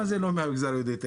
מה זה לא מהמגזר היהודי?